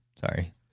Sorry